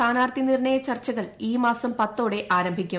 സ്ഥാനാർത്ഥി നിർണ്ണയ ചർച്ച്കൾ ഈ മാസം പത്തോടെ ആരംഭിക്കും